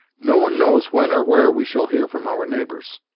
no one knows when or where we shall hear from our neighbors.